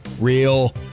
Real